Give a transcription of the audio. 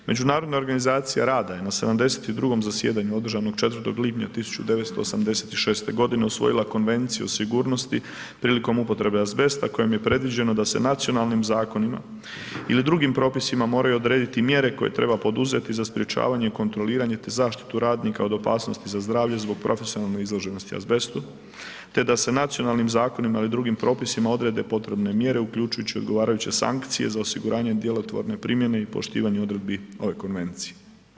Međunarodna organizacija rada je na 72. zasjedanju održanog 4. lipnja 1986. godine usvojila Konvenciju o sigurnosti prilikom upotrebe azbesta kojom je predviđeno da se nacionalnim zakonima ili drugim propisima moraju odrediti mjere koje treba poduzeti za sprečavanje i kontroliranje te zaštitu radnika od opasnosti za zdravlje zbog profesionalne izloženosti azbestu te da se nacionalnim zakonima ili drugim propisima odrede potrebne mjere uključujući odgovarajuće sankcije za osiguranje djelotvorne primjene i poštivanje odredbi ove konvencije.